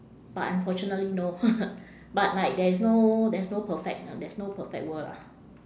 but unfortunately no but like there's no there's no perfect uh there's no perfect world lah